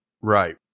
Right